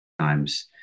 times